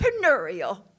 entrepreneurial